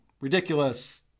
ridiculous